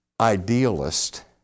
idealist